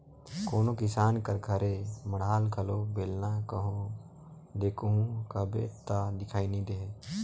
कोनो किसान कर घरे माढ़ल घलो बेलना कहो देखहू कहबे ता दिखई नी देहे